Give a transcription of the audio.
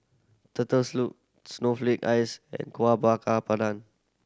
turtle snowflake ice and Kueh Bakar Pandan